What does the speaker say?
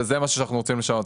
וזה מה שאנחנו רוצים לשנות.